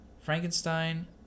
Frankenstein